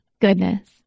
goodness